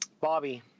Bobby